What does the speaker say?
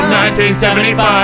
1975